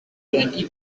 twenty